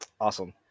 awesome